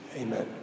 Amen